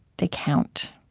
they count